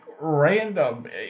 random